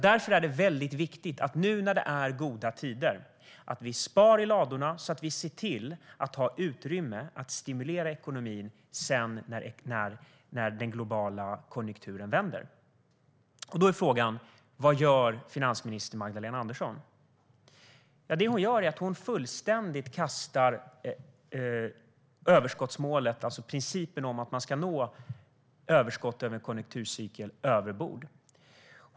Därför är det viktigt att vi nu, när det är goda tider, sparar i ladorna så att vi ser till att ha utrymme att stimulera ekonomin när den globala konjunkturen vänder. Då är frågan: Vad gör finansminister Magdalena Andersson? Det hon gör är att fullständigt kasta överskottsmålet - alltså principen om att man ska nå överskott över en konjunkturcykel - över bord.